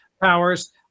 powers